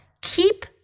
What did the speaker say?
Keep